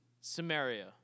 Samaria